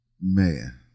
Man